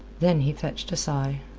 then he fetched a sigh.